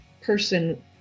person